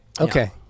Okay